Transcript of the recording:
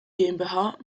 gmbh